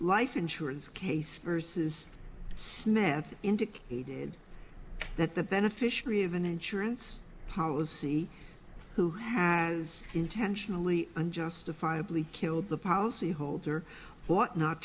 life insurance case verses sneath indicated that the beneficiary of an insurance policy who has intentionally and justifiably killed the policy holder what not